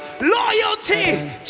Loyalty